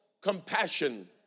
compassion